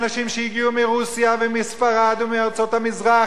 מאנשים שהגיעו מרוסיה ומספרד ומארצות המזרח,